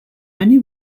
many